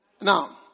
Now